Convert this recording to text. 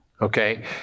Okay